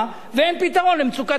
ואין פתרון למצוקת הדיור.